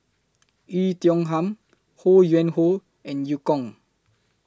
Oei Tiong Ham Ho Yuen Hoe and EU Kong